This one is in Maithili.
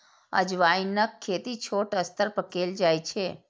अजवाइनक खेती छोट स्तर पर कैल जाइ छै